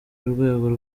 urwego